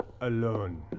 alone